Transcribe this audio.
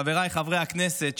חבריי חברי הכנסת,